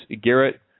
Garrett